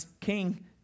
king